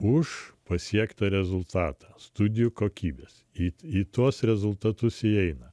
už pasiektą rezultatą studijų kokybės it į tuos rezultatus įeina